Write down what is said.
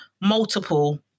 multiple